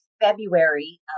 February